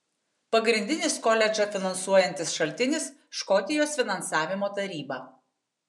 pagrindinis koledžą finansuojantis šaltinis škotijos finansavimo taryba